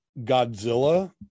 godzilla